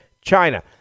China